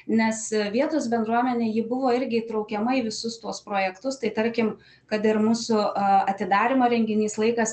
nes vietos bendruomenė ji buvo irgi įtraukiama į visus tuos projektus tai tarkim kad ir mūsų atidarymo renginys laikas